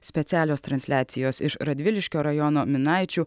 specialios transliacijos iš radviliškio rajono minaičių